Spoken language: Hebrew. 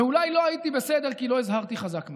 ואולי לא הייתי בסדר, כי לא הזהרתי חזק מדי.